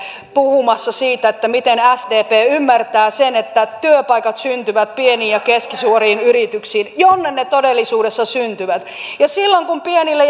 puhumassa yrityksille siitä miten sdp ymmärtää sen että työpaikat syntyvät pieniin ja keskisuuriin yrityksiin jonne ne todellisuudessa syntyvät ja silloin kun pienille